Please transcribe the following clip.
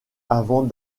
avant